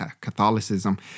Catholicism